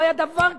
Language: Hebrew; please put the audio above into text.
לא היה דבר כזה.